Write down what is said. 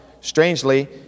strangely